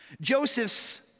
Joseph's